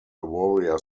warrior